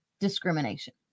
discrimination